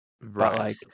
Right